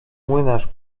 młynarz